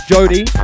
Jody